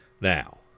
Now